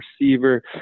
receiver